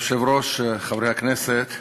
כבוד היושב-ראש, חברי הכנסת,